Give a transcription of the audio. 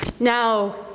Now